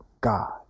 God